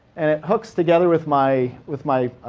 and it hooks together with my with my